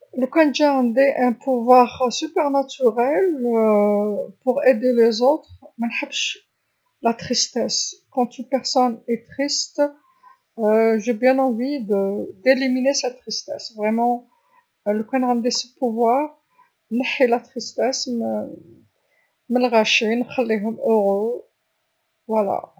لوكان جاء عندي قوه طبيعيه خارقه لمساعدة الآخرين، منحبش الحزن، عندما يكون الشخص حزينًا أريد حقًا التخلص من هذا الحزن، حقًا لوكان عندي القدره نحي الحزن من الغاشي نخليهم سعداء.